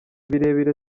birebire